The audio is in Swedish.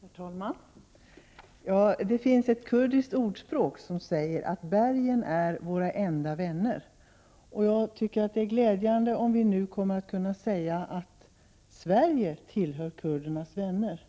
Herr talman! Det finns ett kurdiskt ordspråk som säger att bergen är våra enda vänner. Jag tycker att det är glädjande om vi nu kommer att kunna säga att Sverige tillhör kurdernas vänner.